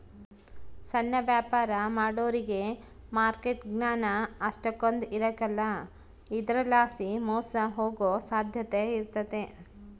ಸಣ್ಣ ವ್ಯಾಪಾರ ಮಾಡೋರಿಗೆ ಮಾರ್ಕೆಟ್ ಜ್ಞಾನ ಅಷ್ಟಕೊಂದ್ ಇರಕಲ್ಲ ಇದರಲಾಸಿ ಮೋಸ ಹೋಗೋ ಸಾಧ್ಯತೆ ಇರ್ತತೆ